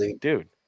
dude